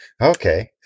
Okay